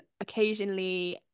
occasionally